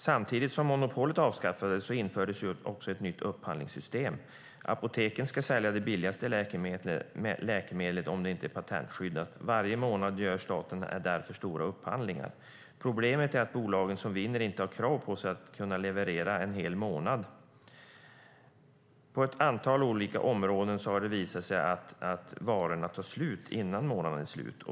Samtidigt som monopolet avskaffades infördes ett nytt upphandlingssystem. Apoteken ska sälja det billigaste läkemedlet om det inte är patentskyddat. Varje månad gör staten därför stora upphandlingar. Problemet är att bolagen som vinner upphandlingarna inte har krav på sig att kunna leverera för en hel månad. I ett antal områden har det visat sig att varorna tar slut innan månaden är slut.